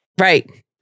Right